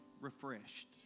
refreshed